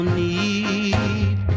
need